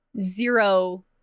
zero